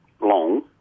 long